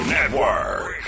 Network